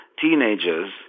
teenagers